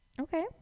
Okay